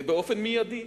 ובאופן מיידי.